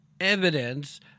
evidence